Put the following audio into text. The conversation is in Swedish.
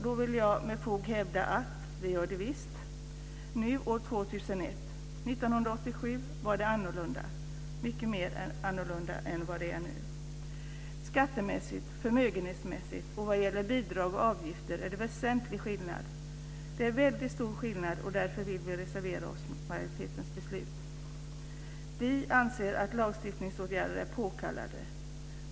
Då vill jag med fog hävda att det år 2001 visst har gjort det. År 1987 var det helt annorlunda. Skattemässigt och förmögenhetsmässigt och vad gäller bidrag och avgifter är det en väsentlig skillnad. Det är väldigt stor skillnad, och därför vill vi reservera oss mot majoritetens beslut. Vi anser att lagstiftningsåtgärder är påkallade.